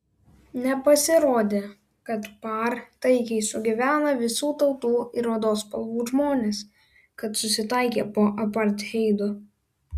nepasirodė kad par taikiai sugyvena visų tautų ir odos spalvų žmonės kad susitaikė po apartheido